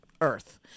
earth